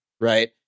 Right